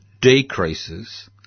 decreases